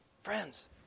Friends